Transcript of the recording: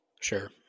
Sure